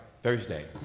Thursday